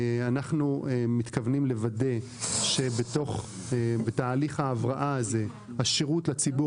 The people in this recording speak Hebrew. אנחנו מתכוונים לוודא שבתהליך ההבראה הזה השירות לציבור,